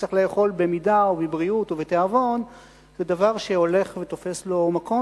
שצריך לאכול במידה ובבריאות ובתיאבון היא דבר שהולך ותופס לו מקום,